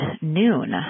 Noon